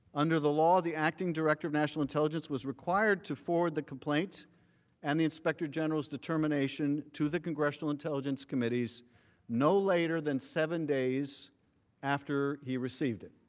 under the law, the acting director of national intelligence was required to forward the complaint and the inspector general's determination to the congressional intelligence committees no later than seven days after he received it.